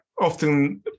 often